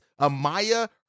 Amaya